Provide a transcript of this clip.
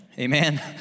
Amen